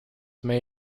may